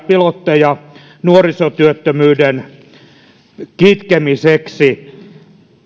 pilotteja nuorisotyöttömyyden kitkemiseksi